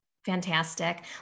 Fantastic